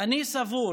"אני סבור